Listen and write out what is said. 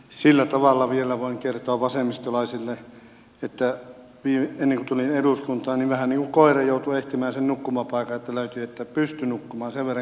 sillä tavalla vielä voin kertoa vasemmistolaisille että ennen kuin tulin eduskuntaan niin vähän niin kuin koira joutuu etsimään nukkumapaikan että pystyy nukkumaan sen verran kipeä olin joskus